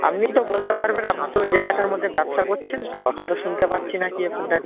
আপনি তো বলতে পারবেন আপনি তো ওই জায়গাটার মধ্যে ব্যবসা করছেন তো এখন তো শুনতে পাচ্ছি নাকি ওখানটায়